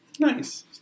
Nice